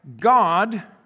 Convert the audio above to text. God